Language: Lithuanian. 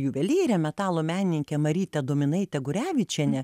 juvelyre metalo menininke maryte dominaite gurevičiene